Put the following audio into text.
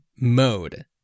mode